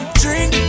drink